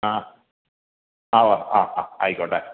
ആ ആകാം ആ ആ ആയിക്കോട്ടെ